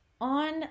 on